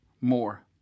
more